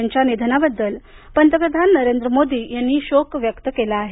यांच्या निधनाबद्दल पंतप्रधान नरेंद्र मोदी यांनी शोक व्यक्त केला आहे